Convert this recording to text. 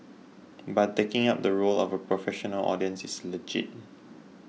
but taking up the role of a professional audience is legit